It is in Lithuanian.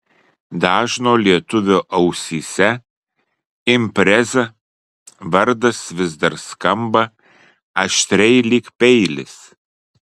dažno lietuvio ausyse impreza vardas vis dar skamba aštriai lyg peilis